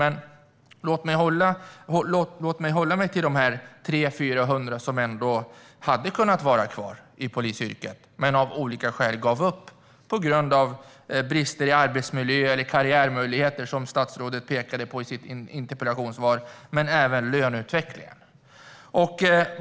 Men låt mig hålla mig till de 300-400 som ändå hade kunnat vara kvar i polisyrket men gav upp, till exempel på grund av brister i arbetsmiljö eller karriärmöjligheter, som statsrådet pekade på i sitt interpellationssvar, men även på grund av löneutvecklingen.